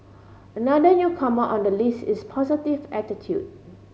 another newcomer on the list is positive attitude